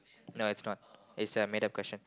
no it's not it's a made up question